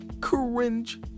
cringe